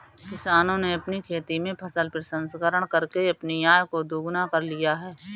किसानों ने अपनी खेती में फसल प्रसंस्करण करके अपनी आय को दुगना कर लिया है